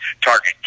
target